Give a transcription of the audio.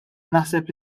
naħseb